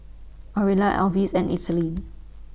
Orilla Alvis and Ethelene